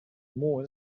more